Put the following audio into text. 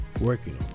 working